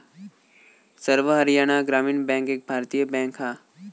सर्व हरयाणा ग्रामीण बॅन्क एक भारतीय बॅन्क हा